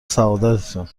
سعادتتون